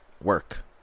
work